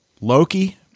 loki